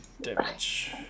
damage